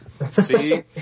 See